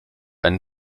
einen